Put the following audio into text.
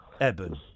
Eben